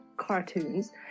cartoons